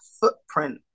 footprint